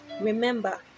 Remember